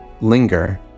linger